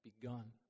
begun